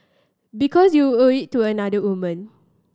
because you owe it to another women